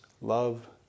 love